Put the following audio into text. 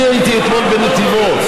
אני הייתי אתמול בנתיבות,